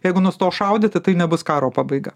jeigu nustos šaudyti tai nebus karo pabaiga